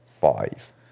five